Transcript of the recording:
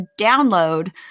download